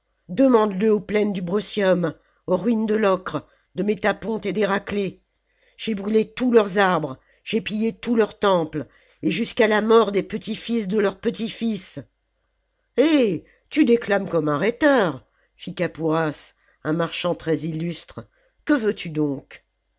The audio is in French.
défendre demande le aux plaines du brutium aux ruines de locres de métaponte et d'héraciée j'ai bruié tous leurs arbres j'ai pillé tous leurs temples et jusqu'à la mort des petits-fils de leurs peîits fils eh tu déclames comme un rhéteur fit kapouras un marchand très illustre que veux-tu donc